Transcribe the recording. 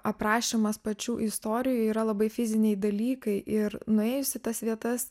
aprašymas pačių istorijų yra labai fiziniai dalykai ir nuėjus į tas vietas